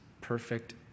perfect